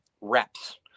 Reps